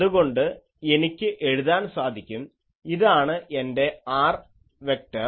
അതുകൊണ്ട് എനിക്ക് എഴുതാൻ സാധിക്കും ഇതാണ് എൻറെ r വെക്ടർ